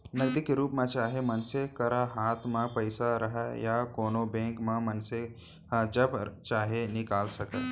नगदी के रूप म चाहे मनसे करा हाथ म पइसा रहय या कोनों बेंक म मनसे ह जब चाहे निकाल सकय